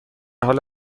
حال